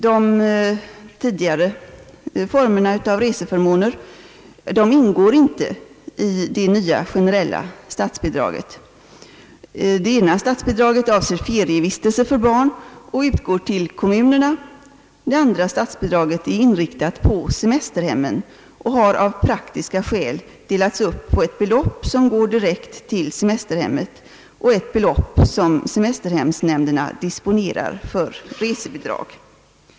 De tidigare formerna av reseförmåner ingår inte i det nya generella statsbidraget. Det ena statsbidraget avser ferievistelse för barn och utgår till kommunerna. Det andra statsbidraget är inriktat på semesterhemmen och har av praktiska skäl delats upp på ett belopp som går direkt till semesterhemmen och ett belopp som semesterhemsnämnderna disponerar för resebidrag.